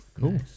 cool